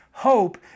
hope